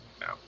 No